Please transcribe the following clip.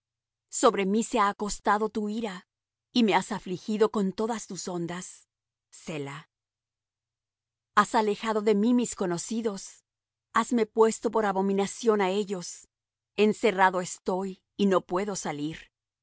sobre mí se ha acostado tu ira y me has afligido con todas tus ondas selah has alejado de mí mis conocidos hasme puesto por abominación á ellos encerrado estoy y no puedo salir